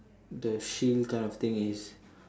the shield kind of thing is